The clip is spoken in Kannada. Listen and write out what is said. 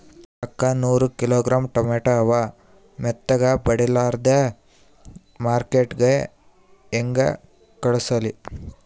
ಅಕ್ಕಾ ನೂರ ಕಿಲೋಗ್ರಾಂ ಟೊಮೇಟೊ ಅವ, ಮೆತ್ತಗಬಡಿಲಾರ್ದೆ ಮಾರ್ಕಿಟಗೆ ಹೆಂಗ ಕಳಸಲಿ?